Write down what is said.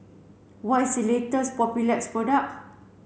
what is the latest Papulex product